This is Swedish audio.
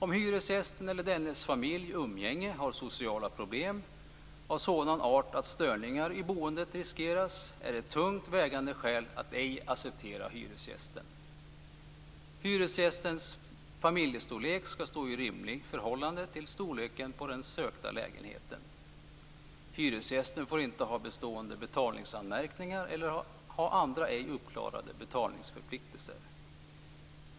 Om hyresgästen, eller dennes familj/umgänge, har sociala problem av sådan art att störningar i boendet riskeras, är det ett tungt vägande skäl att ej acceptera hyresgästen. Hyresgästens familjestorlek skall stå i rimligt förhållande till storleken på den sökta lägenheten. Hyresgästen får inte ha bestående betalningsanmärkningar eller ha andra ej uppklarade betalningsförpliktelser.